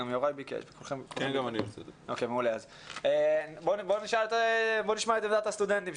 בואו נשמע את עמדת הסטודנטים.